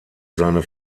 seine